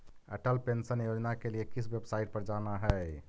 Atal pension योजना के लिए किस वेबसाईट पर जाना हई